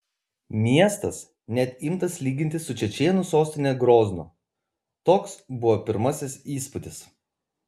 miestas net imtas lyginti su čečėnų sostine groznu toks buvo pirmasis įspūdis